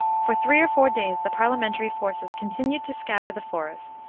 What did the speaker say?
for three or four days the parliamentary forces continued to scour the forest,